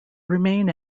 remain